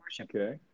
Okay